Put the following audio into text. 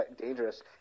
dangerous